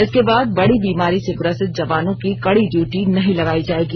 इसके बाद बड़ी बीमारी से ग्रसित जवानों की कड़ी ड्यूटी नहीं लगाई जाएगी